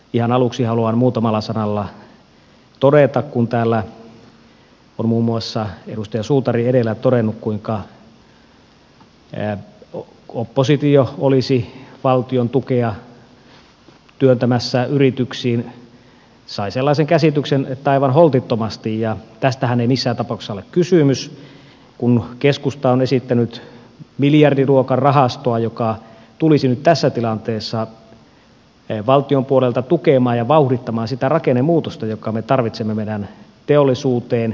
ihan aluksi muutamalla sanalla siitä kun täällä on muun muassa edustaja suutari edellä todennut kuinka oppositio olisi valtion tukea työntämässä yrityksiin sai sellaisen käsityksen että aivan holtittomasti ja tästähän ei missään tapauksessa ole kysymys kun keskusta on esittänyt miljardiluokan rahastoa joka tulisi nyt tässä tilanteessa valtion puolelta tukemaan ja vauhdittamaan sitä rakennemuutosta jonka me tarvitsemme meidän teollisuuteen